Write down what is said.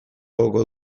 gogoko